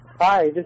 Hi